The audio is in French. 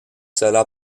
cela